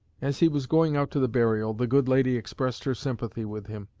as he was going out to the burial, the good lady expressed her sympathy with him.